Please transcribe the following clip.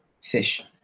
fish